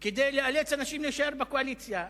כדי לאלץ אנשים להישאר בקואליציה,